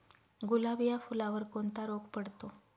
गुलाब या फुलावर कोणता रोग पडतो?